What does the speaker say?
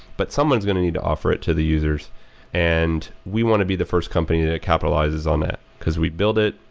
but someone is going to need to offer it to the users and we want to be the first company that capitalizes on that, because we build it,